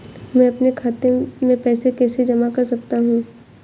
मैं अपने खाते में पैसे कैसे जमा कर सकता हूँ?